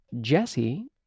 Jesse